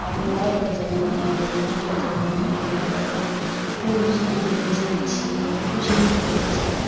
आब मोबाइलके जमाना आबि गेल नेटके जमाना आबि गेल आब अपन कोई भी चीज अहाँ भेजै छियै या कुछ भी करै छियै